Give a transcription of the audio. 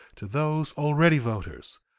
to those already voters,